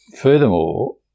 Furthermore